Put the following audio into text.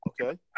Okay